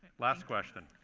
last question.